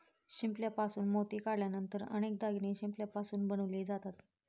शिंपल्यापासून मोती काढल्यानंतर अनेक दागिने शिंपल्यापासून बनवले जातात